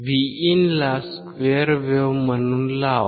Vin ला square wave म्हणून लावा